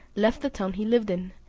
left the town he lived in,